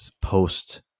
post